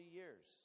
years